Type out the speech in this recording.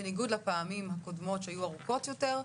בניגוד לפעמים הקודמות שהיו ארוכות יותר.